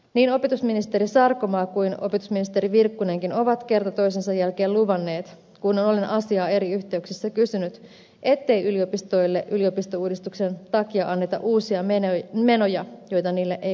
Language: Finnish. niin opetusministeri sarkomaa kuin opetusministeri virkkunenkin ovat kerta toisensa jälkeen luvanneet kun olen asiaa eri yhteyksissä kysynyt ettei yliopistoille yliopistouudistuksen takia anneta uusia menoja joita niille ei korvattaisi